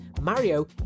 Mario